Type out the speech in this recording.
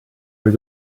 were